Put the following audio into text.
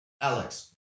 Alex